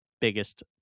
biggest